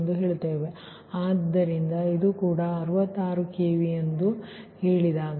ಎಂದು ಹೇಳುತ್ತೇವೆ ಆದ್ದರಿಂದ ಇದು ಕೂಡ ಮತ್ತು ಇದು ನಿಮ್ಮ 66 ಕೆವಿ ಎಂದು ಹೇಳಿ ಸರಿ